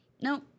No